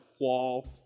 wall